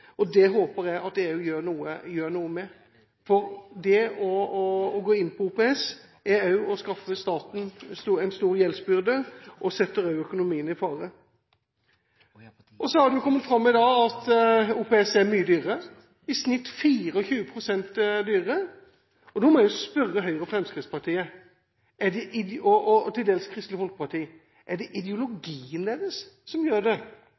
Det håper jeg at EU gjør noe med, for å gå inn på OPS er også å skaffe staten en stor gjeldsbyrde, og det setter økonomien i fare. Så har det i dag kommet fram at OPS er mye dyrere, i snitt 24 pst. dyrere. Da må jeg spørre Høyre og Fremskrittspartiet, og til dels Kristelig Folkeparti: Er det ideologien deres som gjør at dere bare må ha OPS? Fortsatt er det